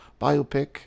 biopic